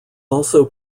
also